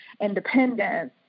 independence